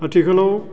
आथिखालाव